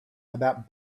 about